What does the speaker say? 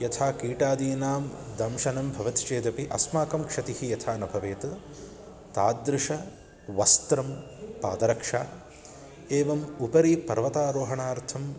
यथा कीटादीनां दंशनं भवति चेदपि अस्माकं क्षतिः यथा न भवेत् तादृशं वस्त्रं पादरक्षा एवम् उपरि पर्वतारोहणार्थं